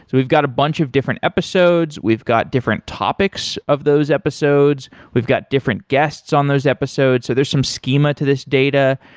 we've got a bunch of different episodes, we've got different topics of those episodes, we've got different guests on those episodes, so there's some schema to this data.